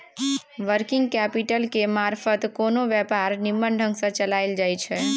working capital केर मारफत कोनो व्यापार निम्मन ढंग सँ चलाएल जाइ छै